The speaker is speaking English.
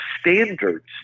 standards